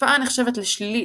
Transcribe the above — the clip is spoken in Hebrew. - השפעה הנחשבת לשלילית,